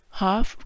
half